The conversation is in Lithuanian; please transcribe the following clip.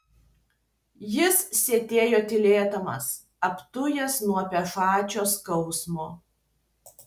jis sėdėjo tylėdamas apdujęs nuo bežadžio skausmo